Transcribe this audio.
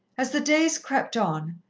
as the days crept on,